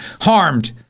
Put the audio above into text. harmed